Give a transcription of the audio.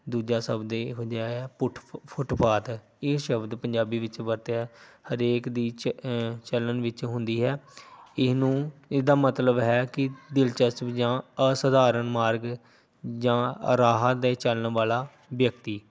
ਦੂਜਾ ਸ਼ਬਦ ਇਹੋ ਜਿਹਾ ਆ ਪੁਟ ਫੁੱਟਪਾਥ ਇਹ ਸ਼ਬਦ ਪੰਜਾਬੀ ਵਿੱਚ ਵਰਤਿਆ ਹਰੇਕ ਦੀ ਚ ਚੱਲਣ ਵਿੱਚ ਹੁੰਦੀ ਹੈ ਇਹਨੂੰ ਇਹਦਾ ਮਤਲਬ ਹੈ ਕਿ ਦਿਲਚਸਪ ਜਾਂ ਅਸਧਾਰਨ ਮਾਰਗ ਜਾਂ ਰਾਹ 'ਤੇ ਚੱਲਣ ਵਾਲਾ ਵਿਅਕਤੀ